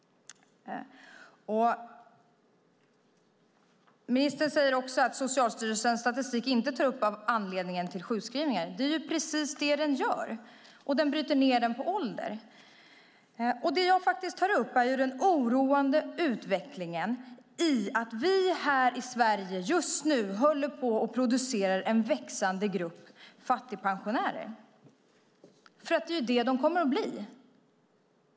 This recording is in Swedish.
Ministern säger att Socialstyrelsens statistik inte tar upp anledningen till sjukskrivningarna. Det är precis det den gör! Den bryter dessutom ned statistiken på ålder. Det jag tar upp är den oroande utvecklingen i att vi just nu i Sverige håller på att producera en växande grupp fattigpensionärer. Det är nämligen det som de kommer att bli.